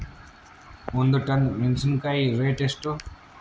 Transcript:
ಒಂದು ಟನ್ ಮೆನೆಸಿನಕಾಯಿ ರೇಟ್ ಎಷ್ಟು?